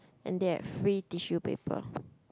and there's free tissue paper